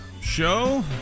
Show